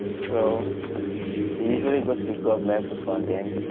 so they usually go to the government for funding,